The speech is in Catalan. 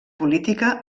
política